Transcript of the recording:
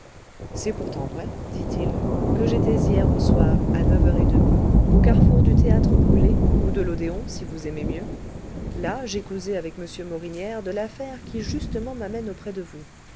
c'est pourtant vrai dit-il que j'étais hier au soir à neuf heures et demie au carrefour du théâtre brûlé ou de l'odéon si vous aimez mieux là j'ai causé avec m morinière de l'affaire qui justement m'amène auprès de vous